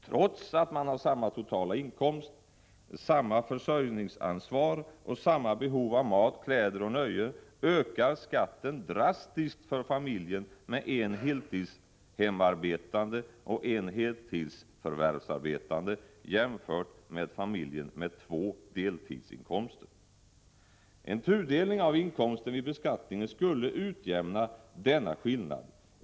Trots att man har samma totala inkomst, samma försörjningsansvar och samma behov av mat, kläder och nöjen ökar skatten drastiskt för den familj som har en heltidshemarbetande och en heltidsförvärvsarbetande jämfört med den familj som har två deltidsinkomster. En tudelning av inkomsten vid beskattningen skulle utjämna denna skillnad.